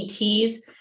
ETs